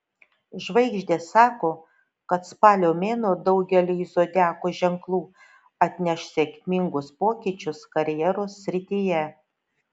žvaigždės sako kad spalio mėnuo daugeliui zodiako ženklų atneš sėkmingus pokyčius karjeros srityje